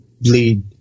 bleed